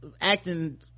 acting